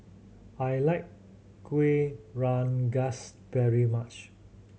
I like Kuih Rengas very much